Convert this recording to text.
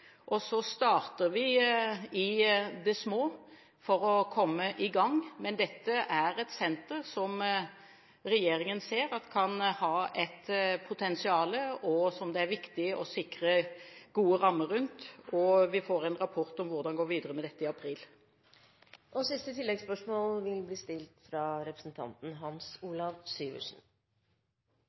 starter i det små for å komme i gang, men dette er et senter som regjeringen ser kan ha et potensial, og som det er viktig å sikre gode rammer rundt, og vi får en rapport om hvordan en skal gå videre med dette i april. Hans Olav Syversen – til siste oppfølgingsspørsmål. Jeg vil